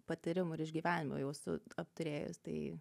patyrimų ir išgyvenimų jau esu apturėjus tai